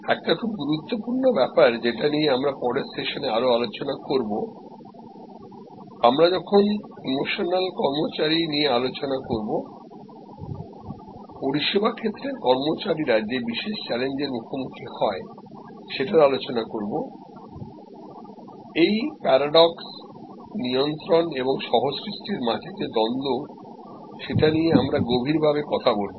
একটা খুব গুরুত্বপূর্ণ ব্যাপার যেটা নিয়ে আমরা পরের সেশানে আরও আলোচনা করব আমরা যখন ইমোশনাল কর্মচারী নিয়ে আলোচনা করব পরিষেবা ক্ষেত্রের কর্মচারীরা যে বিশেষচ্যালেঞ্জের মুখোমুখি হয় সেটার আলোচনা করবএই প্যারাডক্স নিয়ন্ত্রণ এবং সহসৃষ্টির মাঝে যে দ্বন্দ্ব সেটা নিয়ে আমরা গভীরভাবে কথা বলব